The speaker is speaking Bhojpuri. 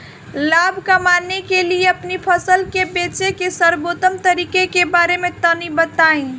लाभ कमाने के लिए अपनी फसल के बेचे के सर्वोत्तम तरीके के बारे में तनी बताई?